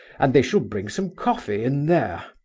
and they shall bring some coffee in there.